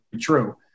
true